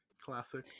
Classic